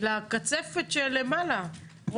לקצפת שלמעלה.